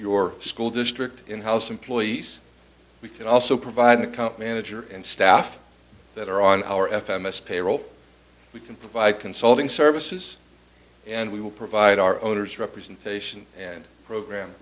your school district in house employees we can also provide the comp manager and staff that are on our f m s payroll we can provide consulting services and we will provide our owners representation and program